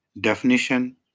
definition